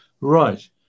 Right